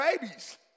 babies